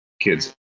kids